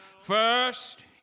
First